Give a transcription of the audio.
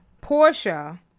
Portia